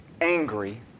angry